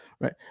right